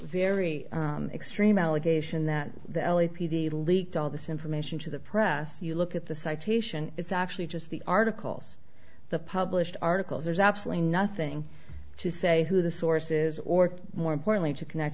very extreme allegation that the l a p d leaked all this information to the press you look at the citation it's actually just the articles the published articles there's absolutely nothing to say who the source is or more importantly to connect